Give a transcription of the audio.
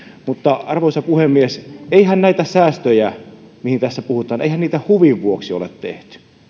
arvoisa puhemies eihän näitä säästöjä joista tässä puhutaan huvin vuoksi ole tehty